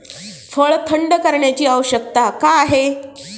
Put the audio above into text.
फळ थंड करण्याची आवश्यकता का आहे?